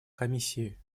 комиссии